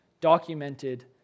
documented